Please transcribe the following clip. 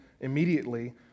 immediately